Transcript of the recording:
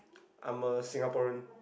I'm a Singaporean